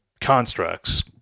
constructs